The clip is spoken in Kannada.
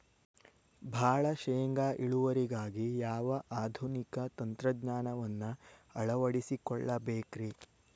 ಭಾಳ ಶೇಂಗಾ ಇಳುವರಿಗಾಗಿ ಯಾವ ಆಧುನಿಕ ತಂತ್ರಜ್ಞಾನವನ್ನ ಅಳವಡಿಸಿಕೊಳ್ಳಬೇಕರೇ?